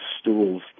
stools